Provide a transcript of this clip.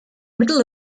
middle